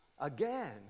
Again